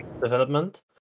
development